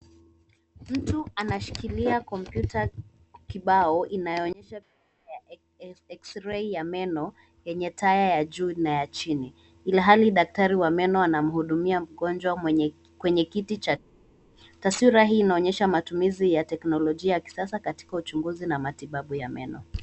Mtu anashikilia kompyuta kibao inayoonyesha picha ya x-ray ya meno yenye taya ya juu na ya chini ilhali daktari wa meno anamhudumia mgonjwa kwenye kiti cha. Taswira hii inaonyesha matumizi ya teknolojia ya kisasa katika uchunguzi na matibabu ya meno.